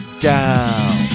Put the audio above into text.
DOWN